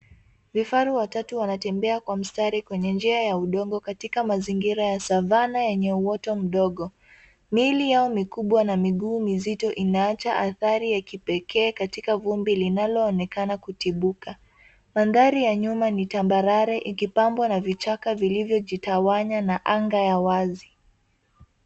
Vifaru watatu wanatembea kwa mstari kwenye njia ya udongo katika mzingira ya savanah yenye uoto mdogo. Miili yao mikubwa na miguu mizito inaacha athari ya kipekee katika vumbi linaloonekana kutibuka. Mandhari ya nyuma ni tambarare ikipambwa na vichaka vilivyo jitawanya na anga ya wazi.